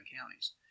counties